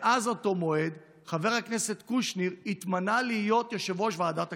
מאז אותו מועד חבר הכנסת קושניר התמנה להיות יושב-ראש ועדת הכספים,